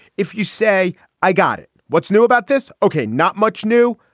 if you say i got it. what's new about this? ok. not much new.